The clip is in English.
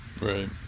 right